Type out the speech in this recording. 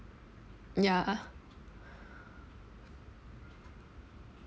ya